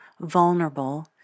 vulnerable